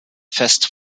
fest